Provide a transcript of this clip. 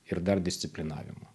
ir dar disciplinavimu